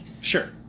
Sure